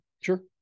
Sure